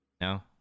No